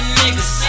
niggas